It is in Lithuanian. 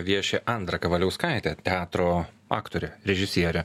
vieši andra kavaliauskaitė teatro aktorė režisierė